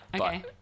Okay